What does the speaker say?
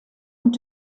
und